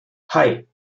hei